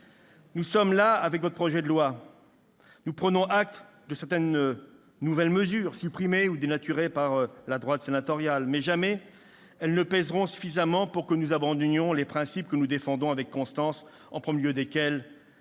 Nous en sommes là, avec votre projet de loi. Nous prenons acte de certaines mesures, supprimées ou dénaturées par la droite sénatoriale. Mais jamais elles ne pèseront suffisamment pour que nous abandonnions les principes que nous défendons avec constance, en premier lieu desquels